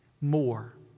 more